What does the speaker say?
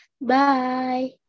Bye